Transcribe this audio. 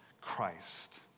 Christ